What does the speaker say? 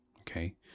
Okay